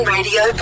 Radio